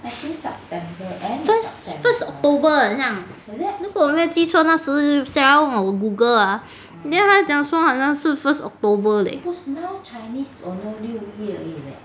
first first october 很像如果我没有记错那时 sarah 问我我 google ah then 他讲说很像是 first october eh